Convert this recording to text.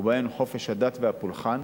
ובהן חופש הדת והפולחן,